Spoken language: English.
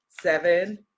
seven